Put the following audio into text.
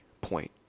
point